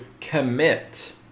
commit